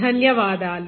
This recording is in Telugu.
ధన్యవాదాలు